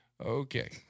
Okay